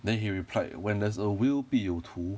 then he replied when there's a will 必有图